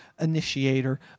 initiator